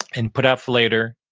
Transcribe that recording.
and put up for later